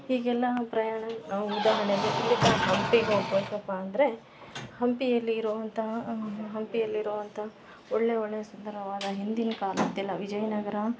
ಈಗೆಲ್ಲ ಪ್ರಯಾಣ ಉದಾಹರಣೆಗೆ ಇಲ್ಲಿಂದ ಹಂಪಿಗೋಗ್ಬೇಕಪ್ಪ ಅಂದರೆ ಹಂಪಿಯಲ್ಲಿ ಇರೋವಂತಹ ಹಂಪಿಯಲ್ಲಿ ಇರೋವಂಥ ಒಳ್ಳೆ ಒಳ್ಳೆ ಸುಂದರವಾದ ಹಿಂದಿನ ಕಾಲದ್ದೆಲ್ಲ ವಿಜಯನಗರ